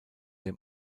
dem